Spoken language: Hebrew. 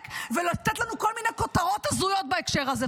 ולתת לנו כל מיני כותרות הזויות בהקשר הזה.